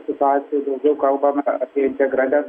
situaciją daugiau kalbama apie integralias